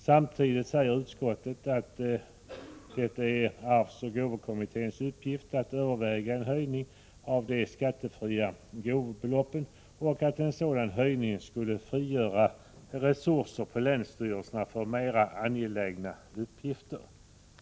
Samtidigt säger utskottet att det är arvsoch gåvoskattekommitténs uppgift att överväga en höjning av de skattefria gåvobeloppen och att en sådan höjning skulle frigöra resurser på länsstyrelserna för mera angelägna uppgifter.